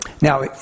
Now